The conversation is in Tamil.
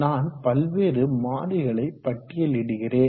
நான் பல்வேறு மாறிகளை பட்டியலிடுகிறேன்